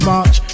March